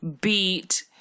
beat